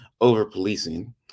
over-policing